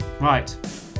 right